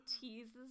teases